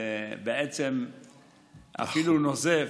ובעצם אפילו נוזף,